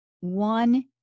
One